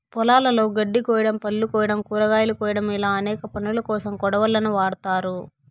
పొలాలలో గడ్డి కోయడం, పళ్ళు కోయడం, కూరగాయలు కోయడం ఇలా అనేక పనులకోసం కొడవళ్ళను వాడ్తారు